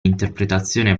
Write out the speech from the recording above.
interpretazione